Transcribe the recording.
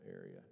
area